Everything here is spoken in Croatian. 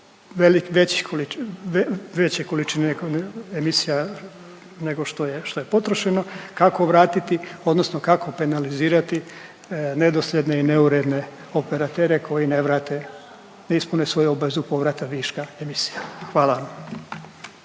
veće količine emisija nego što je, što je potrošeno kako vratiti odnosno kako penalizirati nedosljedne i neuredne operatere koji ne vrate, ne ispune svoju obvezu povrata viška emisija. Hvala